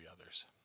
others